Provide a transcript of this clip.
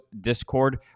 discord